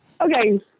Okay